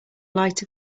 light